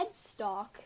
headstock